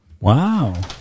wow